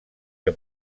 que